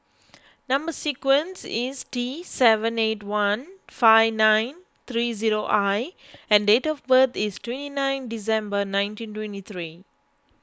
Number Sequence is T seven eight one five nine three zero I and date of birth is twenty nine December nineteen twenty three